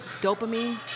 dopamine